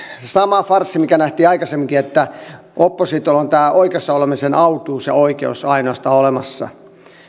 sama farssi mikä nähtiin aikaisemminkin että oppositiolla on tämä oikeassa olemisen autuus ja oikeus ainoastaan olemassa